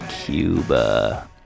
Cuba